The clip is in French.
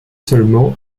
seulement